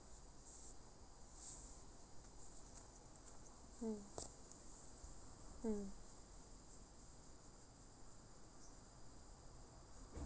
mm mm